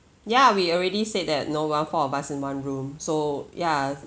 ya we already said that you know we want four of us in one room so ya